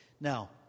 Now